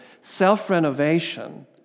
self-renovation